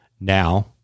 now